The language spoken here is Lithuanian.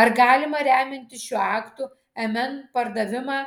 ar galima remiantis šiuo aktu mn pardavimą